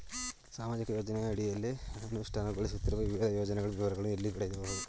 ಸಾಮಾಜಿಕ ಯೋಜನೆಯ ಅಡಿಯಲ್ಲಿ ಅನುಷ್ಠಾನಗೊಳಿಸುತ್ತಿರುವ ವಿವಿಧ ಯೋಜನೆಗಳ ವಿವರಗಳನ್ನು ಎಲ್ಲಿ ಪಡೆಯಬಹುದು?